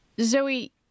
Zoe